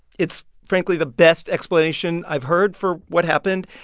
it's, frankly, the best explanation i've heard for what happened,